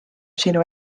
sinu